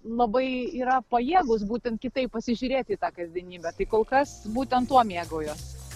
labai yra pajėgūs būtent kitaip pasižiūrėt į tą kasdienybę tai kol kas būtent tuo mėgaujuos